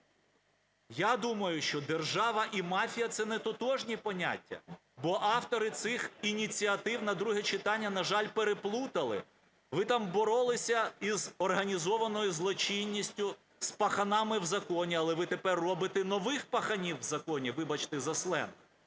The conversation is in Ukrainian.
Я думаю, що держава і мафія – це не тотожні поняття. Бо автори цих ініціатив на друге читання, на жаль, переплутали: ви там боролися із організованою злочинністю, з "паханами в законі", але ви тепер робите нових "паханів в законі", вибачте за сленг.